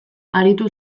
aritu